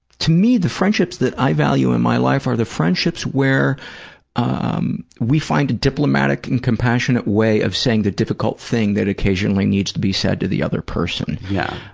to me, the friendships that i value in my life are the friendships where um we find a diplomatic and compassionate way of saying the difficult thing that occasionally needs to be said to the other person. yeah.